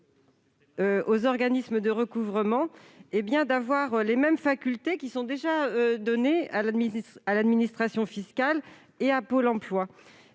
aux organismes de recouvrement la capacité d'avoir les mêmes facultés que celles qui sont déjà données à l'administration fiscale et à Pôle emploi.